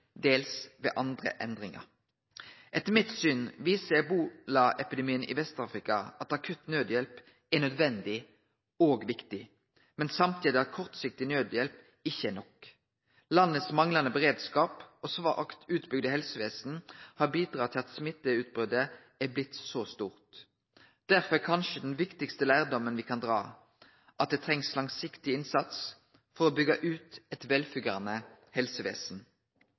dels ved andre endringar . Etter mitt syn viser ebolaepidemien i Vest-Afrika at akutt nødhjelp er nødvendig og viktig, men samtidig at kortsiktig nødhjelp ikkje er nok. Den manglande beredskapen og det svakt utbygde helsevesenet i landa har bidratt til at smitteutbrotet er blitt så stort. Derfor er kanskje den viktigaste lærdomen me kan dra, at det trengst langsiktig innsats for å byggje ut eit velfungerande helsevesen.